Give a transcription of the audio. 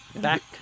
Back